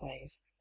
ways